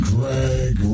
Greg